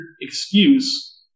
excuse